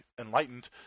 enlightened